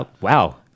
wow